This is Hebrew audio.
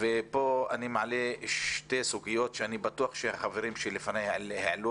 כאן אני מעלה שתי סוגיות שאני בטוח שהחברים שדיברו לפני העלו